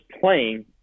playing